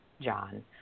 John